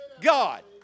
God